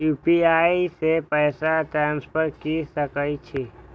UPI से पैसा transfer की सके छी?